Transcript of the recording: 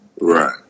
Right